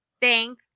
Thank